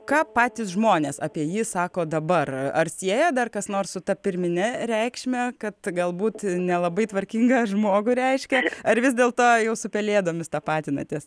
ką patys žmonės apie jį sako dabar ar sieja dar kas nors su ta pirmine reikšme kad galbūt nelabai tvarkingą žmogų reiškia ar vis dėlto jau su pelėdomis tapatinatės